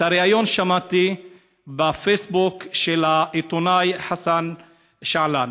את הריאיון שמעתי בפייסבוק של העיתונאי חסן שעלאן.